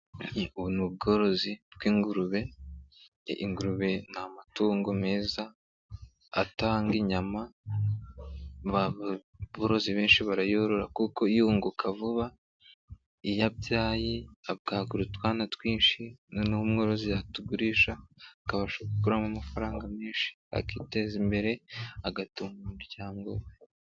Ubu n'ubworozi bw'ingurube, ingurube n'amatungo meza atanga inyama, aborozi benshi barayorora kuko yunguka vuba, iyo abyaye abwagura utwana twinshi noneho n'umworozi yatugurisha akabasha gukuramo amafaranga menshi akiteza imbere agatunga umuryango we.